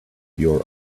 your